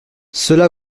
cela